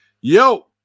Yo